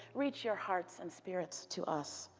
reach your hearts and spirits to us.